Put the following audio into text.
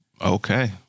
Okay